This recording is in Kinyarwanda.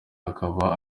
akaba